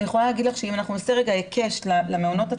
אם נעשה היקש למעונות הציבוריים,